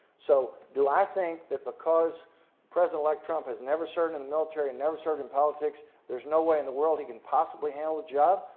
so do i think that because president-elect trump has never served in in the military and never served in politics there's no way in the world he can possibly handle the job?